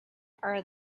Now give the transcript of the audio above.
are